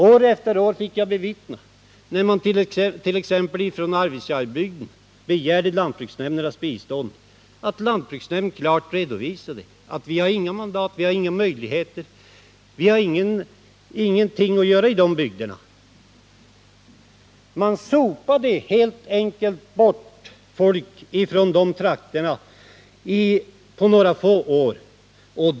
År efter år fick jag bevittna hur lantbruksnämnden, t.ex. när Arvidsjaurbygden begärde lantbruksnämndens bistånd, klart redovisade att den inte hade några mandat och inga möjligheter att göra någonting i den bygden. Man sopade helt enkelt bort folk från dessa bygder på några få år.